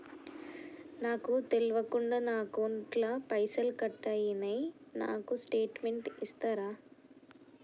నాకు తెల్వకుండా నా అకౌంట్ ల పైసల్ కట్ అయినై నాకు స్టేటుమెంట్ ఇస్తరా?